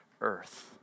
earth